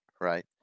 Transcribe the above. Right